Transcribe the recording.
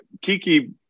Kiki